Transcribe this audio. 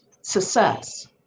success